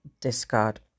discard